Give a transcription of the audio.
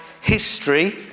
history